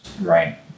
Right